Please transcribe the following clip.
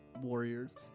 Warriors